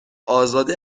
ازاده